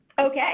Okay